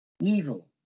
evil